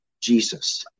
Jesus